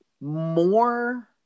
more